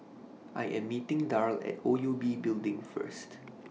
I Am meeting Darl At O U B Building First